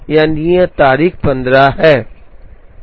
यह नियत तारीख 15 है